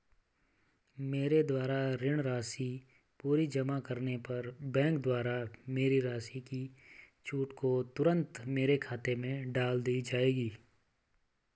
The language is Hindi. मेरे द्वारा ऋण राशि पूरी जमा करने पर बैंक द्वारा मेरी राशि की छूट को तुरन्त मेरे खाते में डाल दी जायेगी?